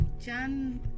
Jan